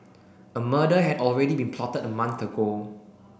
a murder had already been plot a month ago